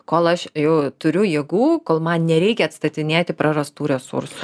kol aš jau turiu jėgų kol man nereikia atstatinėti prarastų resursų